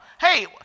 Hey